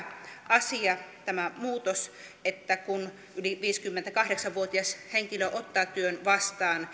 asia tämä muutos että kun yli viisikymmentäkahdeksan vuotias henkilö ottaa työn vastaan